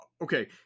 Okay